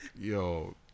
Yo